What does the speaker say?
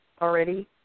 already